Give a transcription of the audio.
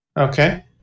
Okay